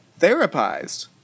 therapized